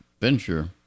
venture